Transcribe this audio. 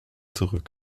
zurück